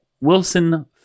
wilson